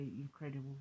incredible